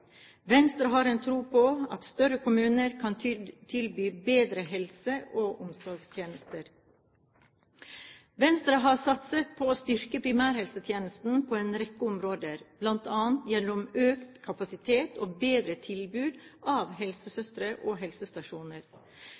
Venstre har en tro på at større kommuner kan tilby bedre helse- og omsorgstjenester. Venstre har satset på å styrke primærhelsetjenesten på en rekke områder, bl.a. gjennom økt kapasitet og bedre tilbud av helsesøstre og helsestasjoner.